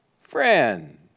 friend